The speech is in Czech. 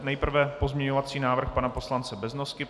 Nejprve pozměňovací návrh pana poslance Beznosky.